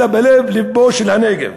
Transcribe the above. אלא בלב-לבו של הנגב.